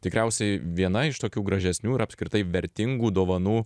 tikriausiai viena iš tokių gražesnių ir apskritai vertingų dovanų